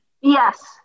Yes